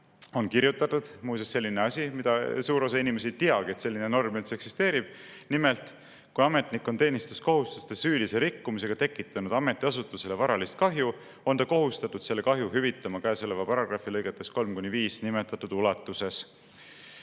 on kirjutatud – muuseas, see on selline asi, suur osa inimesi ei teagi, et selline norm üldse eksisteerib –, et kui ametnik on teenistuskohustuste süülise rikkumisega tekitanud ametiasutusele varalist kahju, on ta kohustatud selle kahju hüvitama sama paragrahvi lõigetes 3–5 nimetatud ulatuses.